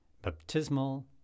baptismal